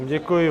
Děkuji.